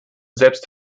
selbst